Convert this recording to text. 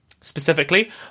Specifically